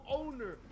owner